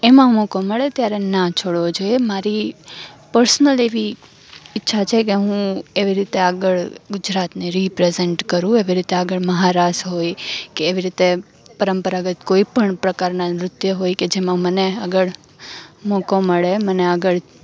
એમાં મોકો મળે ત્યારે ના છોડવો જોઈએ મારી પર્સનલ એવી ઈચ્છા છે કે હું એવી રીતે આગળ ગુજરાતને રિપ્રેજેંટ કરું એવી રીતે આગળ મહારાસ હોય કે એવી રીતે પરંપરાગત કોઈ પણ પ્રકારનાં નૃત્ય હોય કે જેમાં મને આગળ મોકો મળે મને આગળ